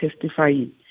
testifying